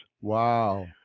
Wow